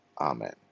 Amen